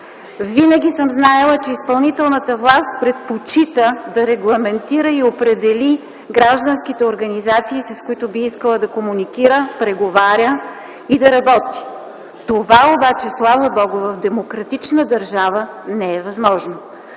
Винаги съм знаела, че изпълнителната власт предпочита да регламентира и определи гражданските организации, с които би искала да комуникира, преговаря и да работи. Това обаче, слава Богу, в демократична държава не е възможно.